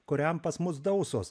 kuriam pas mus dausos